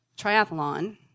triathlon